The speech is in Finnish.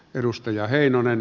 edustaja heinonen